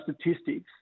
statistics